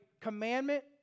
commandment